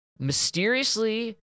Mysteriously